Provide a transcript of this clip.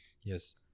Yes